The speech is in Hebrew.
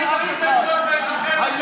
אל תתנשא מעליי ואל תתנשא מעל אף אחד.